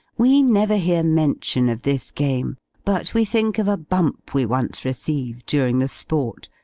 we never hear mention of this game but we think of a bump we once received during the sport,